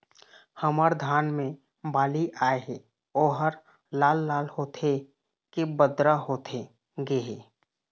हमर धान मे बाली आए हे ओहर लाल लाल होथे के बदरा होथे गे हे?